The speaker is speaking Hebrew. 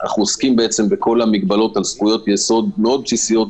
אנחנו עוסקים בעצם בכל המגבלות על זכויות יסוד מאוד בסיסיות.